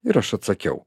ir aš atsakiau